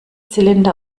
zylinder